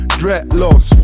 Dreadlocks